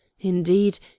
indeed